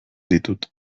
ditut